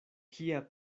kia